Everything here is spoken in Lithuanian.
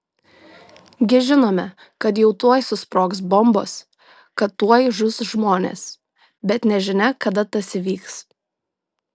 gi žinome kad jau tuoj susprogs bombos kad tuoj žus žmonės bet nežinia kada tas įvyks